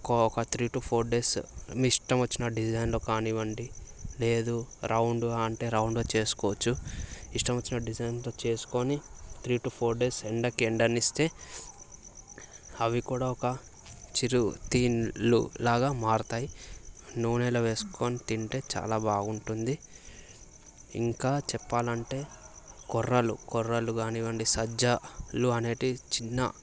ఒక three two four days మీ ఇష్టం వచ్చిన డిజైన్లో కానివ్వండి లేదు రౌండ్ అంటే రౌండ్ చేసుకోవచ్చు ఇష్టం వచ్చిన డిజైన్తో చేసుకొని త్రీ టూ ఫోర్ డేస్ ఎండకి ఎండనిస్తే అవి కూడా ఒక చిరుతిండ్లులాగా మారుతాయి నూనెలో వేసుకొని తింటే చాలా బాగుంటుంది ఇంకా చెప్పాలంటే కొర్రలు కొర్రలు కానివ్వండి సజ్జలు అనేవి చిన్న